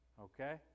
Okay